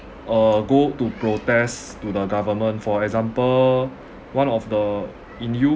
uh go to protest to the government for example one of the in U_K